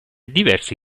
diversi